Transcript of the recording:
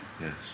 Yes